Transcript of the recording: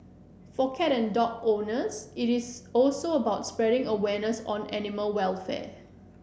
for cat and dog owners it is also about spreading awareness on animal welfare